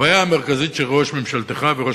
הבעיה המרכזית של ראש ממשלתך וראש